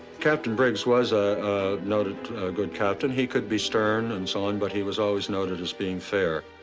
captain briggs was a noted good captain. he could be stern and so on. but he was always noted as being fair.